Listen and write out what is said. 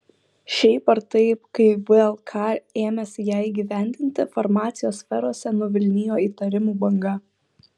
šiaip ar taip kai vlk ėmėsi ją įgyvendinti farmacijos sferose nuvilnijo įtarimų banga